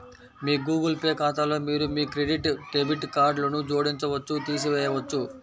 మీ Google Pay ఖాతాలో మీరు మీ క్రెడిట్, డెబిట్ కార్డ్లను జోడించవచ్చు, తీసివేయవచ్చు